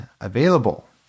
available